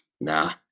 Nah